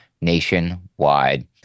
nationwide